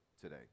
today